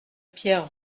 pierre